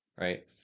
right